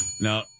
No